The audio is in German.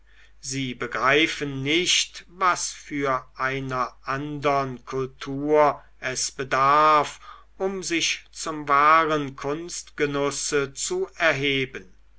sie begreifen nicht was für einer andern kultur es bedarf um sich zum wahren kunstgenusse zu erheben